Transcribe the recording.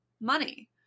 money